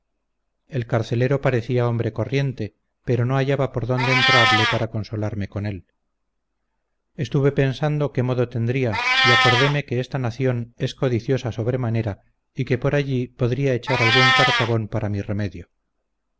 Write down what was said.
el carcelero parecía hombre corriente pero no hallaba por donde entrarle para consolarme con él estuve pensando qué modo tendría y acordeme que esta nación es codiciosa sobremanera y que por allí podría echar algún cartabón para mi remedio